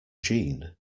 jeanne